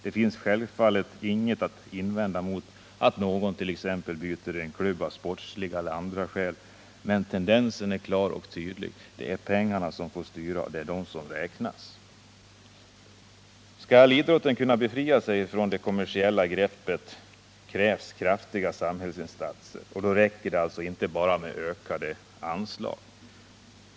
Det finns självfallet inget att invända mot att någon byter klubb av sportsliga eller andra skäl, men tendensen är tydlig — det är pengarna som styr och det är de som räknas. Skall idrotten kunna befrias från kommersialismens grepp krävs kraftiga samhällsinsatser. Det räcker då inte bara med ökade anslag.